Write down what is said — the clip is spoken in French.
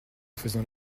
faisant